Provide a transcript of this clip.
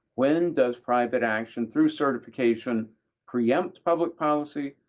when does private action through certification preempt public policy?